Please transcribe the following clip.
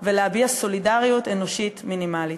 ולהביע סולידריות אנושית מינימלית.